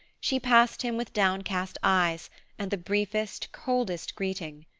she passed him with downcast eyes and the briefest, coldest greeting.